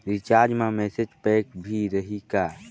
Recharge मा message pack भी रही का?